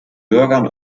bürgern